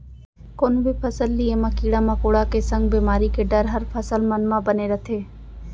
कोनो भी फसल लिये म कीरा मकोड़ा के संग बेमारी के डर हर फसल मन म बने रथे